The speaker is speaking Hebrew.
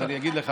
אז אני אגיד לך,